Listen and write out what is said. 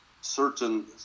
certain